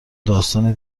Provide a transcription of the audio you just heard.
داستانی